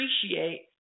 appreciate